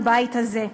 בבית הזה,